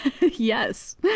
yes